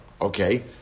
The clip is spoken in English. Okay